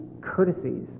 courtesies